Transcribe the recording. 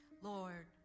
Lord